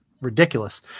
ridiculous